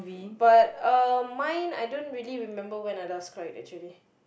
but um I don't really remember when I last cried actually